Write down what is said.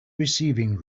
receiving